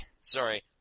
Sorry